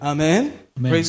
Amen